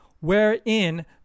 wherein